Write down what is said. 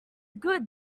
good